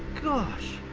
gosh!